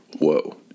Whoa